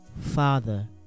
Father